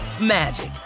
magic